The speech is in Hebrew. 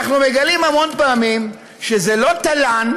אנחנו מגלים המון פעמים שזה לא תל"ן,